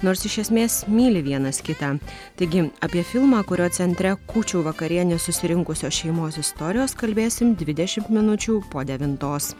nors iš esmės myli vienas kitą taigi apie filmą kurio centre kūčių vakarienės susirinkusios šeimos istorijos kalbėsim dvidešimt minučių po devintos